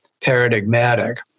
paradigmatic